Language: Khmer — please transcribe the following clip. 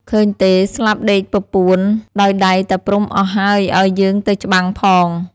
ឃើញទេ ស្លាប់ដេកពពួនដោយដៃតាព្រហ្មអស់ហើយ ឱ្យយើងទៅច្បាំងផង។